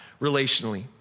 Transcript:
relationally